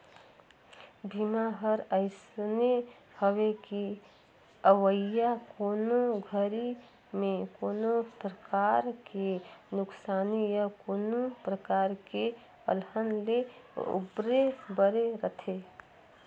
बीमा हर अइसने हवे कि अवइया कोनो घरी मे कोनो परकार के नुकसानी या कोनो परकार के अलहन ले उबरे बर रथे